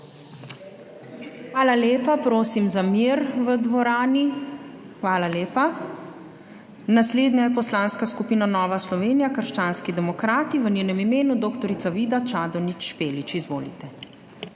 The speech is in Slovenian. Hvala lepa. Prosim za mir v dvorani. Hvala lepa. Naslednja je Poslanska skupina Nova Slovenija – krščanski demokrati, v njenem imenu dr. Vida Čadonič Špelič. Izvolite.